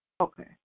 Okay